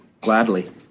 Gladly